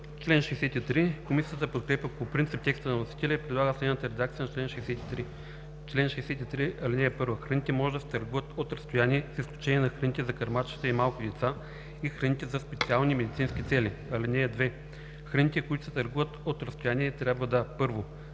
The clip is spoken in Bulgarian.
РАЙКОВ: Комисията подкрепя по принцип текста на вносителя и предлага следната редакция на чл. 63: „Чл. 63. (1) Храните може да се търгуват от разстояние, с изключение на храните за кърмачета и малки деца и храните за специални медицински цели. (2) Храните, които се търгуват от разстояние, трябва да: